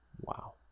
Wow